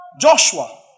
Joshua